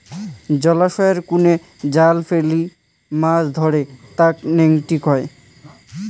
জলাশয়ই কুনো জাল ফেলি মাছ ধরে তাকে নেটিং কহু